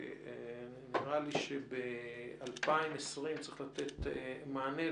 ונראה לי שב-2020 צריך לתת מענה,